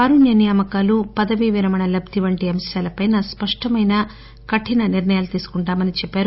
కారుణ్య నియామకాలు పదవీ విరమణ లబ్ది వంటి అంశాలపై స్పష్టమైన కరిన నిర్ణయాలు తీసుకుంటామని చెప్పారు